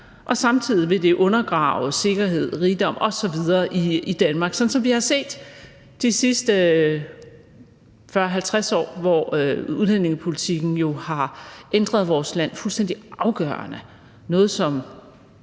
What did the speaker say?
og samtidig vil det undergrave sikkerhed, rigdom osv. i Danmark, sådan som vi har set det de sidste 40-50 år, hvor udlændingepolitikken jo har ændret vores land fuldstændig afgørende